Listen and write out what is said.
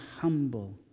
humble